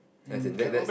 as in that that's